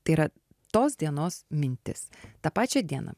tai yra tos dienos mintis tą pačią dieną